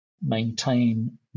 maintain